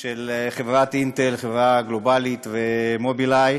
של חברת "אינטל", חברה גלובלית, ו"מובילאיי".